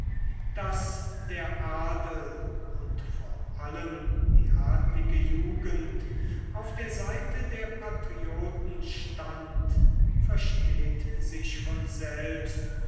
daß der adel und vor allem die adlige jugend auf der seite der patrioten stand versteht sich von selbst